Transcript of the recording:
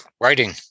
writing